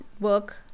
work